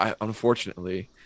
Unfortunately